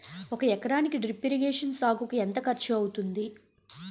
ఒక ఎకరానికి drip irrigation సాగుకు ఎంత ఖర్చు అవుతుంది?